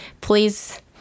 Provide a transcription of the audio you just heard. Please